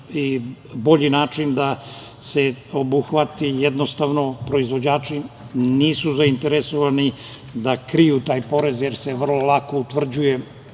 bolji način da se obuhvati. Proizvođači nisu zainteresovani da kriju taj porez, jer se vrlo lako utvrđuje